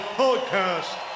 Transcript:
podcast